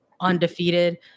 undefeated